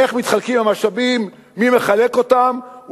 איך מתחלקים המשאבים, מי מחלק אותם.